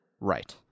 Right